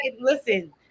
Listen